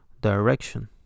direction